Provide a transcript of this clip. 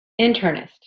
internist